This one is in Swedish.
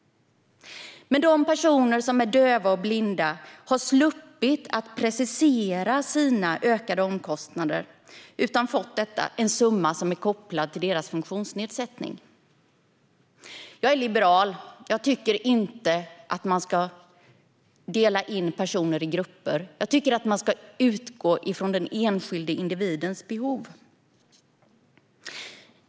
Men de personer som är döva och blinda har sluppit precisera sina ökade omkostnader. De har fått en summa som är kopplad till deras funktionsnedsättning. Jag är liberal, och jag tycker inte att man ska dela in personer i grupper. Jag tycker att man ska utgå från den enskilde individens behov.